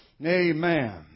Amen